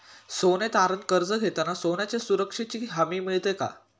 सोने तारण कर्ज घेताना सोन्याच्या सुरक्षेची हमी मिळते का?